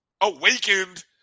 awakened